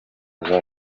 zari